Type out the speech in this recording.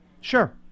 Sure